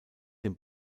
dem